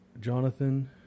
Jonathan